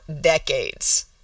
decades